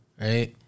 Right